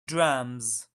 drums